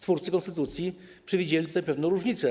Twórcy konstytucji przewidzieli pewną różnicę.